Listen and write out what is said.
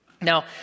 Now